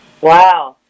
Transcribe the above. Wow